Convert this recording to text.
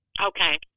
Okay